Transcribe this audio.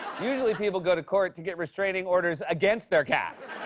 usually people go to court to get restraining orders against their cats.